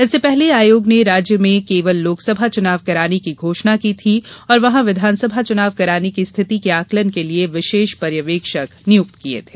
इससे पहले आयोग ने राज्य में केवल लोकसभा चुनाव कराने की घोषणा की थी और वहां विधानसभा चुनाव कराने की स्थिति के आकलन के लिए विशेष पर्यवेक्षक नियुक्त किए थे